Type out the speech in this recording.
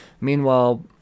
Meanwhile